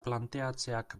planteatzeak